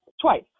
twice